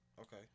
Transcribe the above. Okay